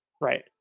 Right